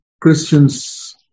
Christians